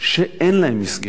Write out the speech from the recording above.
שאין להם מסגרת